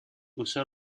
usó